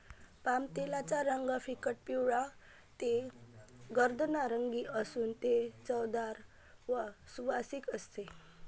पामतेलाचा रंग फिकट पिवळा ते गर्द नारिंगी असून ते चवदार व सुवासिक असते